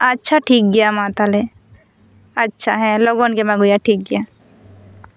ᱟᱪᱪᱷᱟ ᱴᱷᱤᱠ ᱜᱤᱭᱟ ᱢᱟ ᱛᱟᱦᱚᱞᱮ ᱟᱪᱪᱷᱟ ᱦᱮᱸ ᱞᱚᱜᱚᱱ ᱜᱮᱢ ᱟᱹᱜᱩᱭᱟ ᱴᱷᱤᱠ ᱜᱮᱭᱟ